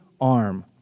arm